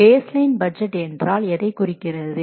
base line budget என்றால் எதை குறிக்கிறது